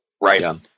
Right